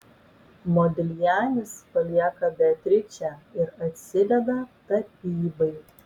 modiljanis palieka beatričę ir atsideda tapybai